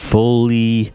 fully